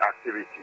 activity